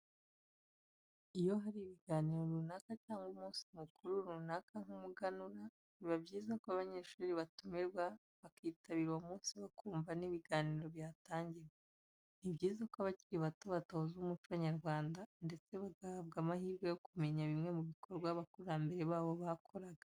Iyo hari ibiganiro runaka cyangwa umunsi mukuru runaka nk'umuganura biba byiza ko abanyeshuri batumirwa bakitabira uwo munsi bakumva n'ibiganiro bihatangirwa. Ni byiza ko abakiri bato batozwa umuco nyarwanda ndetse bagahabwa amahirwe yo kumenya bimwe mu bikorwa abakurambere babo bakoraga.